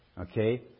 Okay